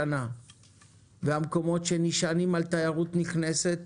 משנה והמקומות שנשענים על תיירות נכנסת